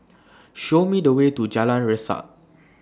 Show Me The Way to Jalan Resak